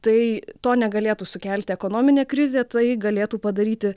tai to negalėtų sukelti ekonominė krizė tai galėtų padaryti